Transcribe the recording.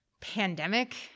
pandemic